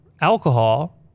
alcohol